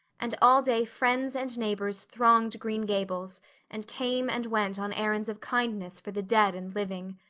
and all day friends and neighbors thronged green gables and came and went on errands of kindness for the dead and living.